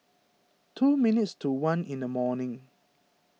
two minutes to one in the morning